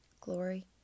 glory